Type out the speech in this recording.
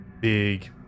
big